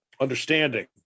Understanding